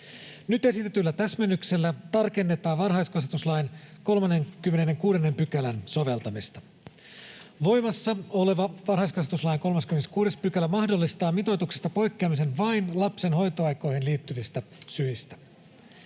Nyt esitetyllä täsmennyksellä tarkennetaan varhaiskasvatuslain 36 §:n soveltamista. Voimassa oleva varhaiskasvatuslain 36 § mahdollistaa mitoituksesta poikkeamisen vain lapsen hoitoaikoihin liittyvistä syistä.